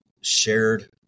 shared